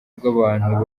rw’abantu